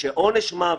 ושעונש מוות,